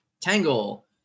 Tangle